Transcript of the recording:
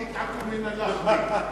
מן אללה.